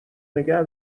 نگه